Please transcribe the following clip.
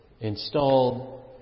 installed